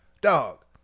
dog